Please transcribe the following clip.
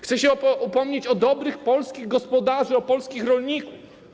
Chcę się upomnieć o dobrych polskich gospodarzy, o polskich rolników.